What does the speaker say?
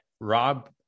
Rob